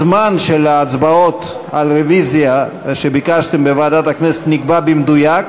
הזמן של ההצבעות על הרוויזיה שביקשתם בוועדת הכנסת נקבע במדויק.